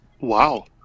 Wow